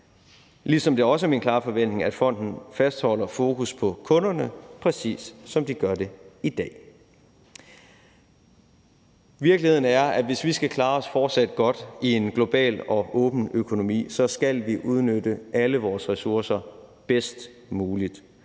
ligesom det også er min klare forventning, at fonden fastholder fokus på kunderne, præcis som de gør det i dag. Virkeligheden er, at hvis vi fortsat skal klare os godt i en global og åben økonomi, så skal vi udnytte alle vores ressourcer bedst muligt.